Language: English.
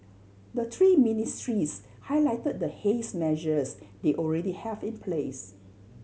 the three ministries highlighted the haze measures they already have in place